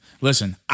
Listen